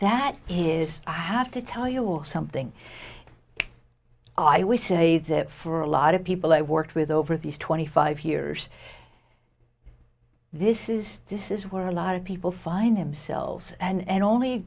that is i have to tell you something i we say that for a lot of people i worked with over these twenty five years this is this is where a lot of people find themselves and